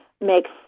makes